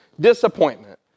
disappointment